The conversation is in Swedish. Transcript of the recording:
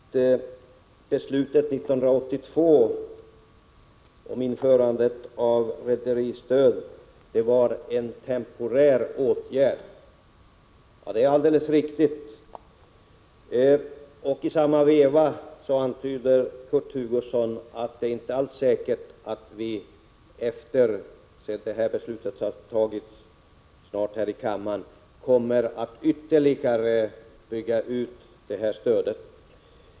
Herr talman! Kurt Hugosson säger att beslutet 1982 innebar att införandet av rederistödet var en temporär åtgärd — och det är alldeles riktigt. I samma veva antyder Kurt Hugosson att det inte alls är säkert att vi efter det beslut som snart skall fattas här i kammaren kommer att ytterligare bygga ut stödet.